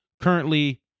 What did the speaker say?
currently